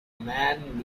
man